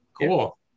cool